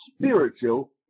spiritual